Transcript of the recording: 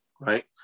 right